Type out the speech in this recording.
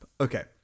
Okay